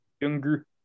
Younger